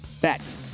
bet